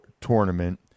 tournament